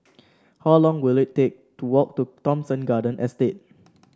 how long will it take to walk to Thomson Garden Estate